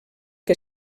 que